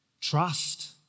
trust